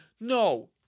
no